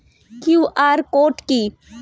QR code কি?